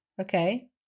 Okay